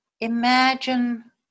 imagine